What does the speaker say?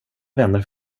vänner